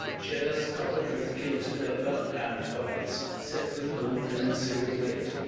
chairs covered with gilt leather, and buffets set with gold and silver plate,